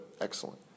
Excellent